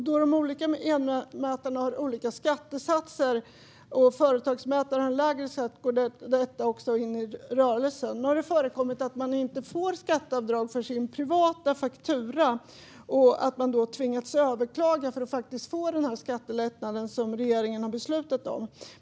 Då de olika elmätarna har olika skattesatser, och företagsmätare har en lägre skatt, går detta också in i rörelsen. Nu har det förekommit att man inte fått skatteavdrag när det gäller den privata fakturan. Då har man tvingats överklaga för att faktiskt få den skattelättnad som regeringen har beslutat om.